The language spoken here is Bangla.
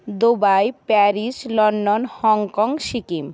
Dubai Paris London Hong Kong Sikkim